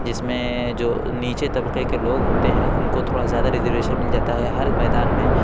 جس میں جو نیچے طبقے کے لوگ ہوتے ہیں ان کوتھوڑا زیادہ ریزرویشن مل جاتا ہے ہر میدان میں